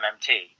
MMT